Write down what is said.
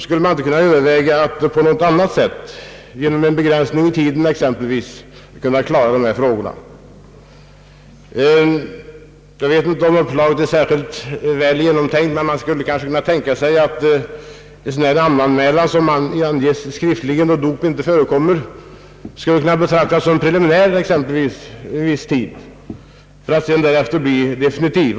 Skulle man inte kunna överväga att på annat sätt, t.ex. genom en begränsning i tiden, kunna klara denna fråga. Jag vet inte om uppslaget är särskilt väl genomtänkt. Det skulle kanske kunna tänkas att en sådan skriftlig namnanmälan då dop ej förekommer skulle kunna betraktas som preliminär under viss tid för att sedan bli definitiv.